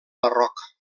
marroc